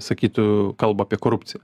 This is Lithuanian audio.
sakytų kalba apie korupciją